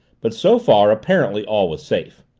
but so far apparently all was safe.